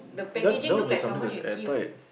that that will be something that's airtight